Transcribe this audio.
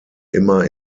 immer